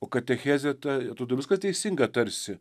o katechezė ta rodos kad teisinga tarsi